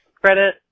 credit